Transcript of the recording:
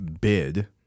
bid